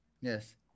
yes